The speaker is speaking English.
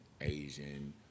Asian